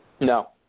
No